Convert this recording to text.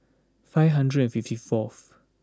five hundred and fifty fourth